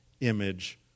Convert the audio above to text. image